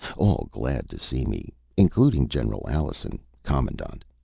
all glad to see me, including general alison, commandant.